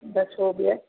बस हो गया